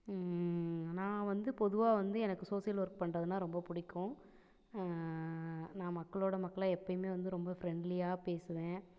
நான் வந்து பொதுவாக வந்து எனக்கு சோஷியல் ஒர்க் பண்றதுனால் ரொம்ப பிடிக்கும் நான் மக்களோடு மக்களாக எப்போயுமே வந்து ரொம்ப ஃபிரண்ட்லியாக பேசுவேன்